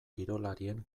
kirolarien